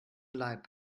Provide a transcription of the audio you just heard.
leib